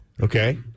Okay